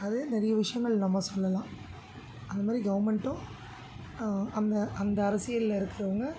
அது நிறைய விஷயங்கள் நம்ம சொல்லலாம் அந்த மாரி கவர்மெண்ட்டும் அந்த அந்த அரசியலில் இருக்கிறவங்க